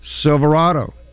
Silverado